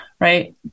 right